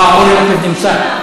אה, אורי מקלב נמצא,